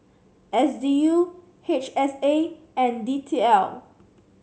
S D U H S A and D T L